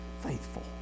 faithful